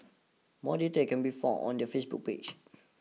more details can be found on their Facebook page